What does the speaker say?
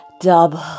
double